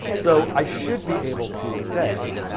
so i should be able to say,